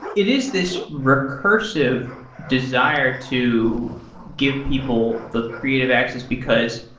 it is this recursive desire to give people the creative access because